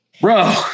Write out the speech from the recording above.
bro